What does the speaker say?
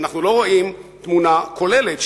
ואנחנו לא רואים תמונה כוללת,